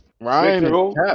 Ryan